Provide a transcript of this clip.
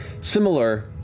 similar